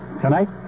Tonight